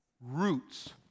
roots